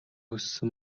хүссэн